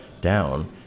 down